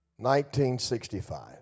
1965